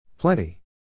Plenty